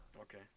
Okay